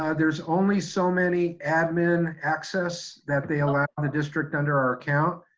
ah there's only so many admin access that they allow in the district under our account,